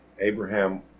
Abraham